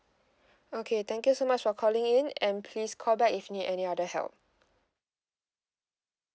okay thank you so much for calling in and please call back if need any other help